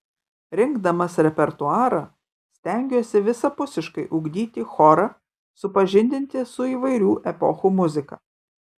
rinkdamas repertuarą stengiuosi visapusiškai ugdyti chorą supažindinti su įvairių epochų muzika